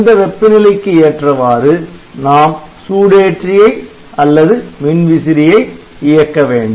அந்த வெப்ப நிலைக்கு ஏற்றவாறு நாம் சூடேற்றியை அல்லது மின்விசிறியை இயக்க வேண்டும்